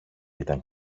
ήταν